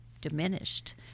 diminished